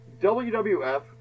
WWF